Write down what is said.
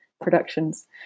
productions